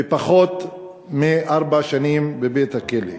פחות מארבע שנים בבית-הכלא.